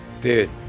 Dude